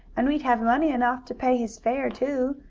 and we'd have money enough to pay his fare, too,